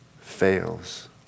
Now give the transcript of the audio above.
fails